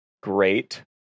Great